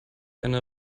eine